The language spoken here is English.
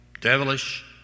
devilish